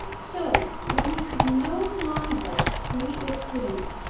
so when we could no longer meet with students,